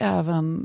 även